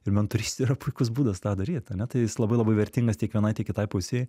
ir mentorystė yra puikus būdas tą daryt ane tai jis labai labai vertingas tik vienai tiek kitai pusei